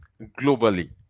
globally